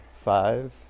five